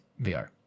VR